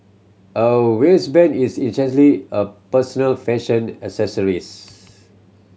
a wristband is essentially a personal fashion accessories